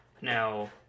Now